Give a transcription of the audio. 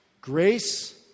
Grace